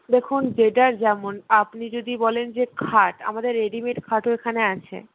দেখুন যেটার যেমন আপনি যদি বলেন যে খাট আমাদের রেডিমেড খাটও এখানে আছে